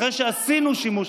אחרי שעשינו שימוש,